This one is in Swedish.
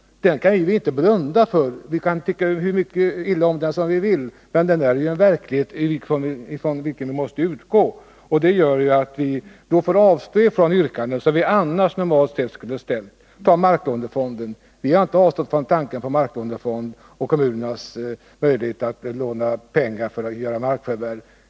Detta kan vi inte blunda för. Vi kan tycka mycket illa om den, om vi vill. Men här är det fråga om en verklighet från vilken vi måste utgå. Detta innebär att vi får avstå från yrkanden som vi annars normalt sett skulle ha ställt. Vi kan som exempel ta marklånefonden. Vi har inte avstått från tanken på en marklånefond och kommunernas möjligheter att låna pengar för att göra markförvärv.